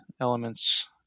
elements